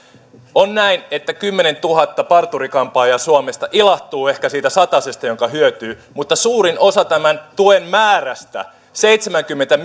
on näin että kymmenentuhatta parturi kampaajaa suomessa ilahtuu ehkä siitä satasesta jonka hyötyy mutta suurin osa tämän tuen määrästä seitsemänkymmentä